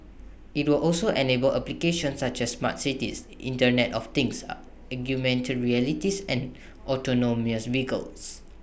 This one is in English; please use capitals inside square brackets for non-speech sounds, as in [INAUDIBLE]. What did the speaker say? IT will also enable applications such as smart cities Internet of things [NOISE] augmented realities and autonomous vehicles